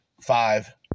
Five